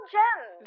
gems